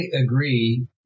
agree